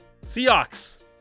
Seahawks